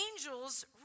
angels